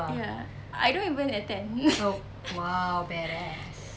ya I don't even attend